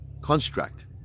construct